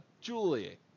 Julie